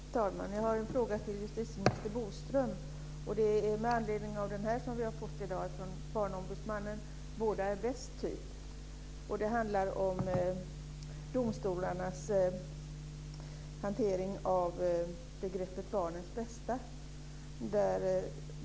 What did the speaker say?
Fru talman! Jag har en fråga till justitieminister Bodström med anledning av den här rapporten som vi har fått från Barnombudsmannen i dag, Båda är bäst, typ. Den handlar om domstolarnas hantering av begreppet barnens bästa.